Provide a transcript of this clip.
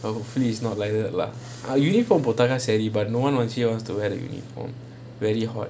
well hopefully it's not like lah our uniform போட்டாக்கா சரி:potaakaa sari but no one wants actually want to wear the uniform